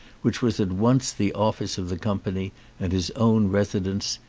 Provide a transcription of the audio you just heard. which was at once the office of the company and his own residence,